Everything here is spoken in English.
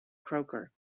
croker